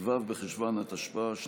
ט"ו בחשוון התשפ"א,